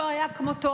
שלא היה כמותו,